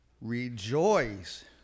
Rejoice